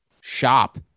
Shop